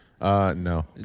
No